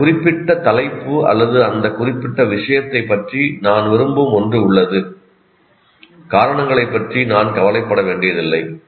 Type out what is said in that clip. அந்த குறிப்பிட்ட தலைப்பு அல்லது அந்த குறிப்பிட்ட விஷயத்தைப் பற்றி நான் விரும்பும் ஒன்று உள்ளது காரணங்களைப் பற்றி நாங்கள் கவலைப்பட வேண்டியதில்லை